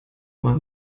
mal